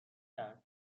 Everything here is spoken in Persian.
کرد